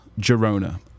Girona